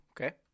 Okay